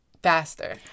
faster